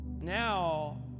now